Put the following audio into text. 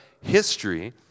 history